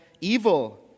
evil